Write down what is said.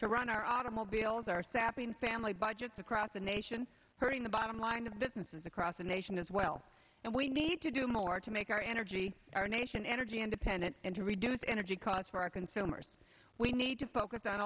to run our automobiles our sapien family budgets across the nation hurting the bottom line to businesses across the nation as well and we need to do more to make our energy our nation energy independent and to reduce energy costs for our consumers we need to focus on